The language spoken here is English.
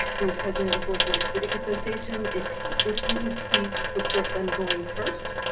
whose president of the fourth ward civic association. if if you would please support them going first.